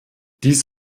dies